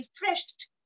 refreshed